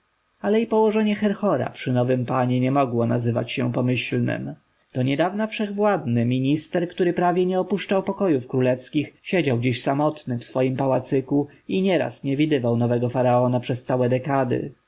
ale i położenie herhora przy nowym panu nie mogło nazywać się pomyślnem doniedawna wszechwładny minister który prawie nie opuszczał pokojów królewskich siedział dziś samotny w swoim pałacyku i nieraz nie widywał nowego faraona przez całe dekady był